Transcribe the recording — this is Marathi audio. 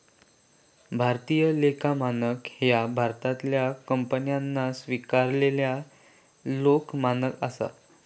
भारतीय लेखा मानक ह्या भारतातल्या कंपन्यांन स्वीकारलेला लेखा मानक असा